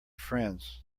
friends